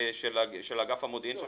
של אגף המודיעין.